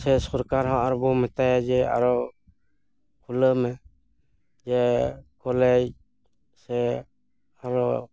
ᱥᱮ ᱥᱚᱨᱠᱟᱨ ᱦᱚᱸ ᱟᱨᱚ ᱵᱚᱱ ᱢᱮᱛᱟᱭᱟ ᱡᱮ ᱟᱨᱚ ᱠᱷᱩᱞᱟᱹᱣ ᱢᱮ ᱡᱮ ᱠᱚᱞᱮᱡᱽ ᱥᱮ ᱟᱨᱚ